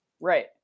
Right